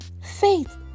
faith